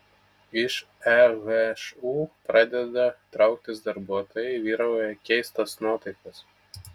iš ehu pradeda trauktis darbuotojai vyrauja keistos nuotaikos